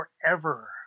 forever